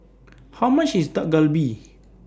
How much IS Dak Galbi